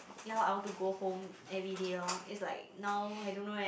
ya lor I want to go home everyday lor is like now I don't know eh